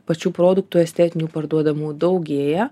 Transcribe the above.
pačių produktų estetinių parduodamų daugėja